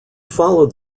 followed